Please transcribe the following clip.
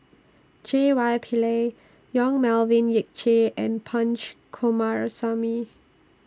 J Y Pillay Yong Melvin Yik Chye and Punch Coomaraswamy